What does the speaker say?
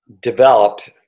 developed